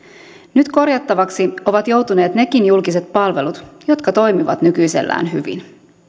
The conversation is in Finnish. nyt korjattavaksi ovat joutuneet nekin julkiset palvelut jotka toimivat nykyisellään hyvin